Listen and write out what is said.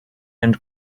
and